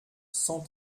cent